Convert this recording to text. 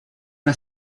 una